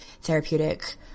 therapeutic